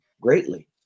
greatly